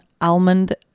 almond